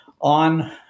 on